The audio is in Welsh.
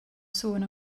sôn